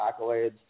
accolades